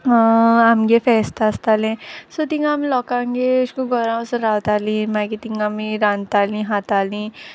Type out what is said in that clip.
आमगे फेस्त आसतालें सो तींग आम लोकांगे अेश कोन्न घोरां वोसोन रावतालीं मागी तींग आमी रांदतालीं हातालीं